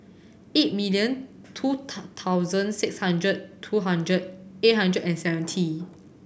eight million two thousand six hundred two hundred eight hundred and seventy